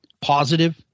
positive